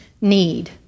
need